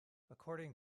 according